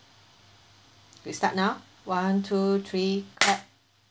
we start now one two three clap